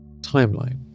timeline